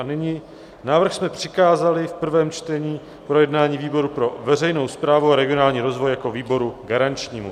A nyní, návrh jsme přikázali v prvém čtení k projednání výboru pro veřejnou správu a regionální rozvoj jako výboru garančnímu.